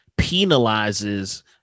penalizes